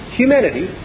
humanity